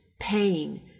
pain